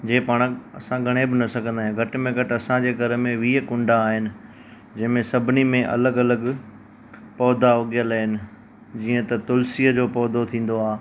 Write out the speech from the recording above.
जे पाण असां गणे बि न सघंदा आहियूं घटि में घटि असांजे घर में वीह कुंडा आहिनि जंहिंमें सभिनी में अलॻि अलॻि पौधा उगियल इन जीअं त तुलसीअ जो पौधो थींदो आहे